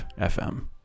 fm